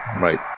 Right